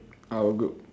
our group